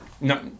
No